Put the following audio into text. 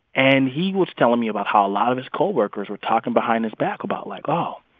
and he was telling me about how a lot of his co-workers were talking behind his back about like, oh,